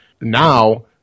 Now